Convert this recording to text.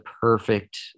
perfect